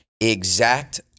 exact